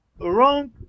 wrong